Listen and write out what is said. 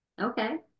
Okay